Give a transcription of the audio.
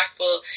impactful